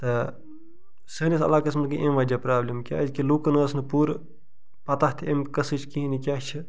تہٕ سٲنِس علاقس منٛز گٔے امہِ وجہ پرابلم کیازِ کہِ لُکن ٲس نہٕ پوٗرٕ پتاہ تہِ امہِ قٕسمٕچ کِہیٖنۍ یہِ کیاہ چھِ